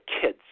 kids